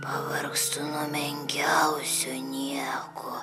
pavargstu nuo menkiausio nieko